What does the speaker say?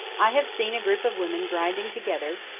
i have seen a group of women grinding together,